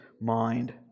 mind